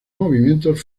movimientos